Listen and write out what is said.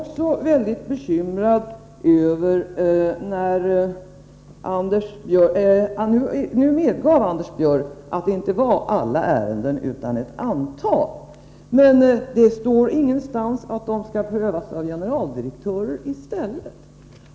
Nu medgav Anders Björck att det inte var alla ärenden utan ett antal. Men det står ingenstans att de skall prövas av generaldirektörer i stället.